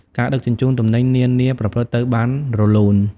ការដឹកជញ្ជូនទំនិញនានាប្រព្រឹត្តទៅបានរលូន។